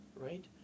right